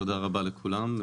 תודה רבה לכולם.